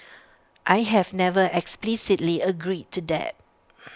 I have never explicitly agreed to that